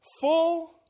full